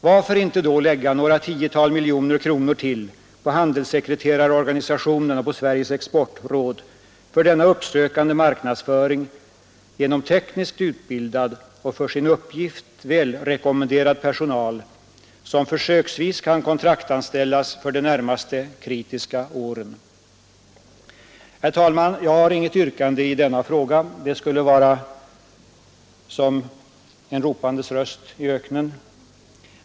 Varför inte då lägga ytterligare några tiotal miljoner kronor på handelssekreterarorganisationen och på Sveriges exportråd för denna uppsökande marknadsföring genom tekniskt utbildad och för sin uppgift välrekommenderad personal, som försöksvis kan kontraktanställas för de närmaste kritiska åren? Herr talman! Jag har inget yrkande i denna fråga. Det skulle i nuläget vara som en ropandes röst i öknen.